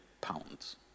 pounds